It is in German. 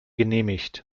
genehmigt